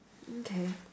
okay